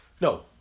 No